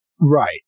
right